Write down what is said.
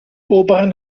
oberen